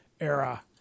era